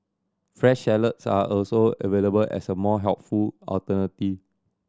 fresh salads are also available as a more healthful alternative